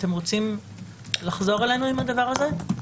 אתם רוצים לחזור אלינו עם הדבר הזה?